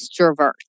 extrovert